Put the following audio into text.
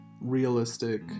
realistic